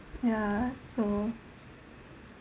ya so